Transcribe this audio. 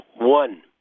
one